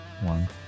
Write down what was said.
One